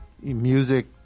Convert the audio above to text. music